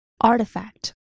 Artifact